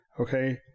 Okay